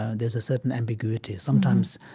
ah there's a certain ambiguity. sometimes